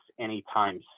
anytime